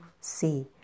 see